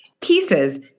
pieces